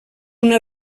una